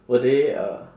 will they uh